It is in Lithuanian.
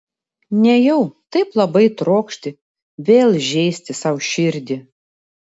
nejau taip labai trokšti vėl žeisti sau širdį